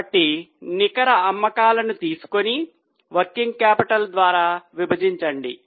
కాబట్టి నికర అమ్మకాలను తీసుకొని వర్కింగ్ క్యాపిటల్ ద్వారా విభజించండి